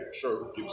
sure